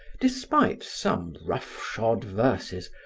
despite some roughshod verses,